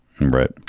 Right